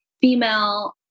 female